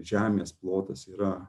žemės plotas yra